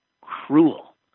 cruel